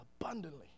abundantly